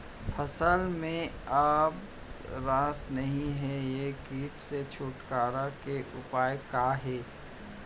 फसल में अब रस नही हे ये किट से छुटकारा के उपाय का हे?